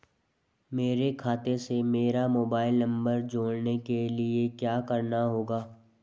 मेरे खाते से मेरा मोबाइल नम्बर जोड़ने के लिये क्या करना होगा?